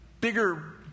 bigger